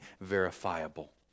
verifiable